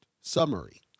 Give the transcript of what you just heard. summary